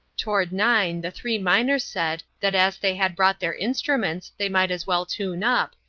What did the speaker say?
toward nine the three miners said that as they had brought their instruments they might as well tune up,